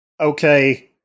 Okay